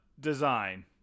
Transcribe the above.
Design